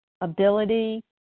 ability